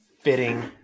fitting